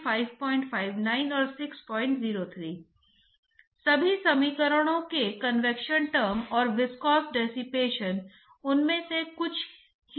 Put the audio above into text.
तो flat plate के साथ तरल पदार्थ का निवास या संपर्क समय बढ़ जाता है क्योंकि द्रव कण इन फ्लैट प्लेट के माध्यम से तेजी से बह रहे हैं